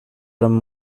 him